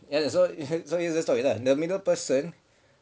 ya so so that's the story lah the middle person err